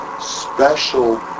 special